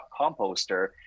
composter